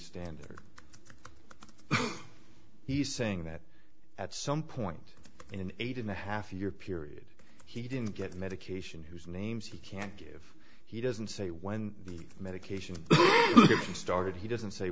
standard he's saying that at some point in an eight and a half year period he didn't get medication whose names he can't give he doesn't say when the medication he started he doesn't say